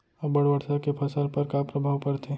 अब्बड़ वर्षा के फसल पर का प्रभाव परथे?